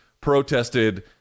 protested